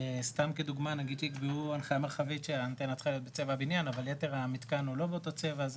סתם כדוגמה נגיד שיקבעו הנחיה מרחבית שהאנטנה צריכה להיות בצבע הבנין,